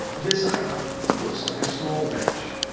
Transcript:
this icon looks like a small wrench.